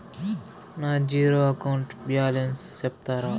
నా zero account balance సెప్తారా?